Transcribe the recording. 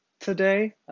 today